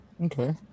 Okay